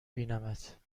بینمت